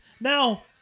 Now